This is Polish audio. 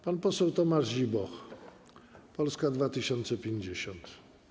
Pan poseł Tomasz Zimoch, Polska 2050.